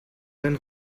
then